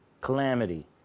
calamity